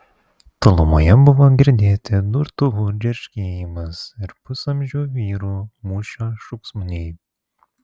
tolumoje buvo girdėti durtuvų džerškėjimas ir pusamžių vyrų mūšio šūksniai